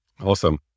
Awesome